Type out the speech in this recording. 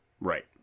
Right